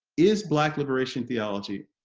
is black liberation theology